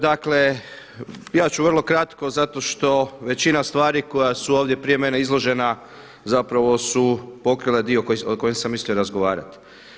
Dakle, ja ću vrlo kratko zato što većina stvari koja su ovdje prije mene izložena zapravo su pokrila dio o kojem sam mislio razgovarati.